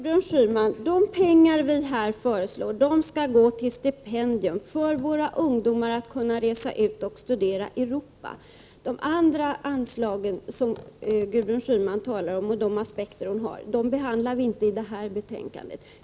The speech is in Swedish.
Herr talman! De pengar som vi föreslagit skall gå till stipendier för våra ungdomar för att de skall kunna resa ut och studera i Europa. De andra anslag som Gudrun Schyman talar om behandlar vi inte i detta betänkande.